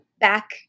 back